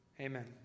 Amen